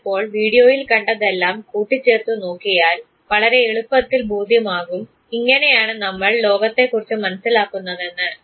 നിങ്ങൾ ഇപ്പോൾ വീഡിയോയിൽ കണ്ടതെല്ലാം കൂട്ടിച്ചേർത്തു നോക്കിയാൽ വളരെ എളുപ്പത്തിൽ ബോധ്യമാകും ഇങ്ങനെയാണു നമ്മൾ ലോകത്തെകുറിച്ച് മനസ്സിലാക്കുന്നതെന്ന്